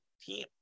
team